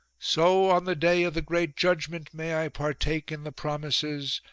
so on the day of the great judgment may i partake in the promises,